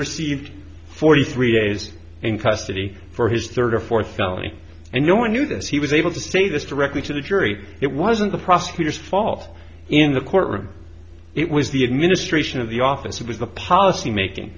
received forty three days in custody for his third or fourth felony and no one knew this he was able to say this directly to the jury it wasn't the prosecutor's fault in the courtroom it was the administration of the office it was the policymaking